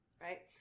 right